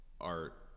art